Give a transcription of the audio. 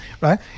right